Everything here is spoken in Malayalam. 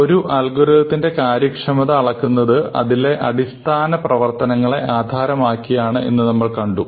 ഒരു അൽഗോരിതത്തിന്റെ കാര്യക്ഷമത അളക്കുന്നത് അതിലെ അടിസ്ഥാന പ്രവർത്തനങ്ങളെ ആധാരമാക്കിയാണ് എന്ന് നമ്മൾ കണ്ടു